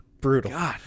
Brutal